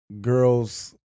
girls